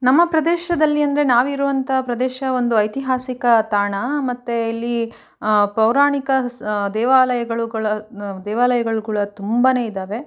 ನಮ್ಮ ಪ್ರದೇಶದಲ್ಲಿ ಅಂದರೆ ನಾವಿರುವಂಥ ಪ್ರದೇಶ ಒಂದು ಐತಿಹಾಸಿಕ ತಾಣ ಮತ್ತು ಇಲ್ಲಿ ಪೌರಾಣಿಕ ದೇವಾಲಯಗಳುಗಳನ್ನು ದೇವಾಲಯಗಳು ಕೂಡ ತುಂಬಾ ಇದ್ದಾವೆ